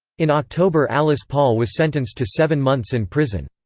in october alice paul was sentenced to seven months in prison.